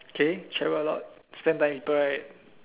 okay travel a lot spend time with people right